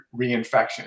reinfection